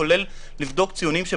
כולל לבדוק ציונים.